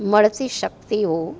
મળતી શક્તિઓ